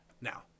Now